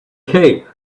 cape